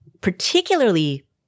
particularly